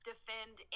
defend